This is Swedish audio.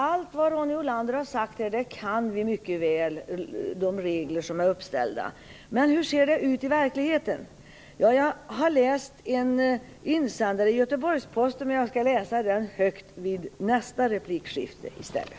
Allt vad Ronny Olander har sagt - de regler som är uppställda - kan vi mycket väl, men hur ser det ut i verkligheten? Jag har läst en insändare i Göteborgs-Posten, men jag skall läsa den högt vid nästa replikskifte i stället.